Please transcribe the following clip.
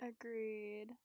Agreed